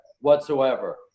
whatsoever